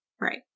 Right